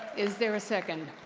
is there a second?